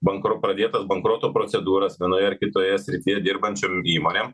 bankro pradėtas bankroto procedūras vienoje ar kitoje srityje dirbančiom įmonėm